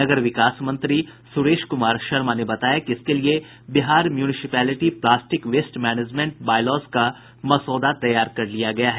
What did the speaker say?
नगर विकास मंत्री सुरेश कुमार शर्मा ने बताया कि इसके लिये Bihar municipality plastic waste management bylaws का मसौदा तैयार कर लिया गया है